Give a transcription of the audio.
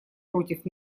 против